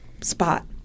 spot